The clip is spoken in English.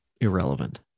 irrelevant